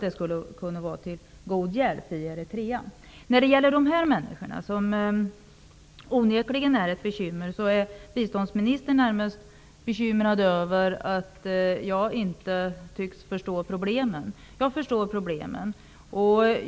Det skulle kunna vara till god hjälp i Eritrea. När det gäller de människor som jag talar om och som onekligen utgör ett bekymmer är biståndsministern närmast bekymrad över att jag inte tycks förstå problemen. Jag förstår problemen.